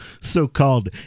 so-called